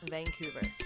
Vancouver